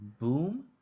Boom